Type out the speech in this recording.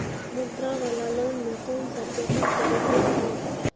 मुद्रा वाला लोन म कोन सब पेपर के जरूरत इ?